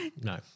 no